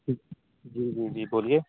جی جی جی بولیے